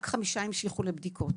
רק חמישה המשיכו לבדיקות.